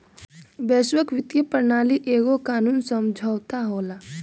वैश्विक वित्तीय प्रणाली एगो कानूनी समुझौता होला